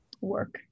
work